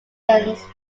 engines